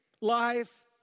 life